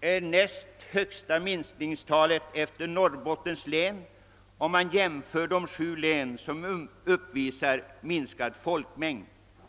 det näst högsta minskningstalet — efter Norrbottens län — om man jämför de sju län som uppvisar minskad folkmängd.